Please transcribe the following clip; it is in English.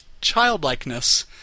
childlikeness